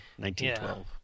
1912